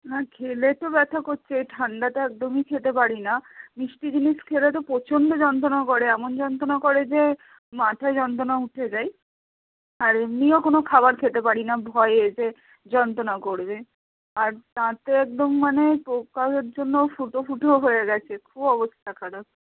হ্যাঁ খেলে তো ব্যথা করছে ঠান্ডাটা একদমই খেতে পারি না মিষ্টি জিনিস খেলে তো প্রচণ্ড যন্ত্রণা করে এমন যন্ত্রণা করে যে মাথা যন্ত্রণা উঠে যায় আর এমনিও কোনো খাবার খেতে পারি না ভয়ে যে যন্ত্রণা করবে আর দাঁতেও একদম মানে পোকার জন্য ফুটো ফুটো হয়ে গেছে খুব অবস্থা খারাপ